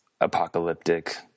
apocalyptic